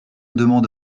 demande